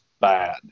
bad